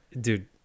Dude